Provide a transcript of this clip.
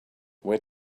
where